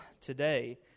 today